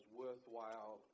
worthwhile